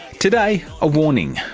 today a warning,